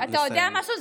אתה יודע משהו?